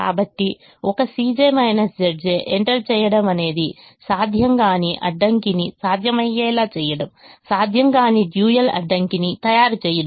కాబట్టి ఒక Cj Zj enter చేయడం అనేది సాధ్యం కాని అడ్డంకిని సాధ్యమయ్యేలా చేయడం సాధ్యం కాని డ్యూయల్ అడ్డంకిని తయారు చేయడం